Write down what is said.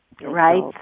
right